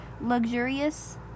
luxurious